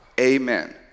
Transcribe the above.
amen